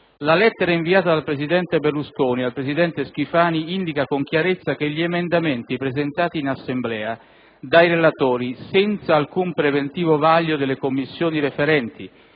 La lettera inviata dal presidente Berlusconi al presidente Schifani indica con chiarezza che gli emendamenti presentati in Assemblea dai relatori, senza alcun preventivo vaglio delle Commissioni referenti